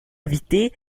invitées